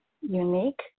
unique